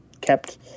kept